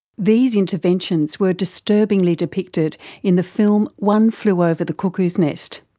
these interventions were disturbingly depicted in the film one flew over the cuckoo's nest.